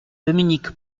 dominique